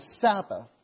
Sabbath